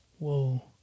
Whoa